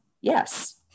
yes